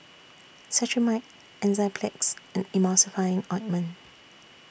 Cetrimide Enzyplex and Emulsying Ointment